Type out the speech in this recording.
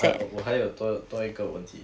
我还有我还有多多一个问题